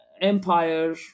empire